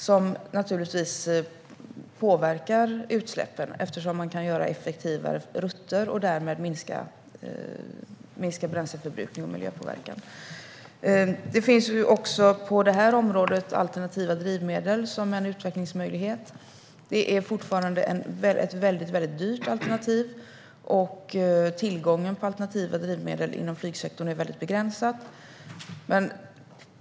Det är något som påverkar utsläppen, eftersom man kan göra effektivare rutter och därmed minska bränsleförbrukning och miljöpåverkan. Det finns också på detta område alternativa drivmedel som en utvecklingsmöjlighet. Det är fortfarande ett väldigt dyrt alternativ. Tillgången på alternativa drivmedel inom flygsektorn är väldigt begränsad.